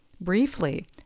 Briefly